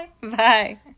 Bye